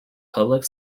public